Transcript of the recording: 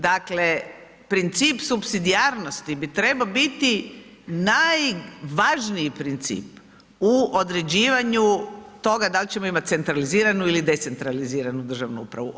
Dakle, princip supsidijarnosti bi trebao biti najvažniji princip u određivanju toga da li ćemo imati centraliziranu ili decentraliziranu državnu upravu.